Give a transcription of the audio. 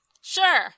Sure